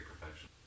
perfection